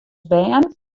bern